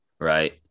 Right